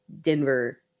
Denver